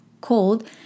cold